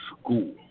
school